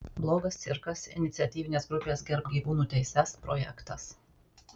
blogas cirkas iniciatyvinės grupės gerbk gyvūnų teises projektas